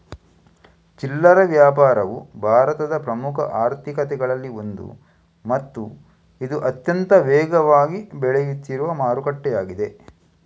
ಚಿಲ್ಲರೆ ವ್ಯಾಪಾರವು ಭಾರತದ ಪ್ರಮುಖ ಆರ್ಥಿಕತೆಗಳಲ್ಲಿ ಒಂದು ಮತ್ತು ಇದು ಅತ್ಯಂತ ವೇಗವಾಗಿ ಬೆಳೆಯುತ್ತಿರುವ ಮಾರುಕಟ್ಟೆಯಾಗಿದೆ